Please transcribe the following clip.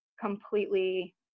completely